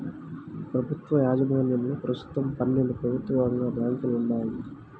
ప్రభుత్వ యాజమాన్యంలో ప్రస్తుతం పన్నెండు ప్రభుత్వ రంగ బ్యాంకులు ఉన్నాయి